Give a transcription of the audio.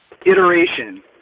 iteration